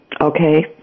Okay